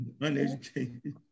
uneducated